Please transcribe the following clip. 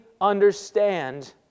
understand